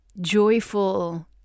joyful